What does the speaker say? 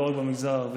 לא רק במגזר הערבי,